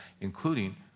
including